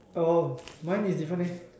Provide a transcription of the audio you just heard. oh mine is different eh